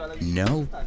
No